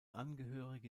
angehörige